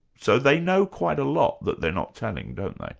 so they know quite a lot, that they're not telling, don't like